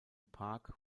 park